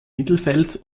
mittelfeld